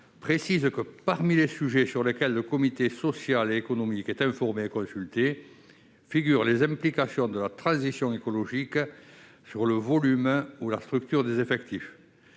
précise que parmi les sujets sur lesquels le comité social et économique est informé consulter figurent les implications de la transition écologique sur le volume ou la structure des effectifs,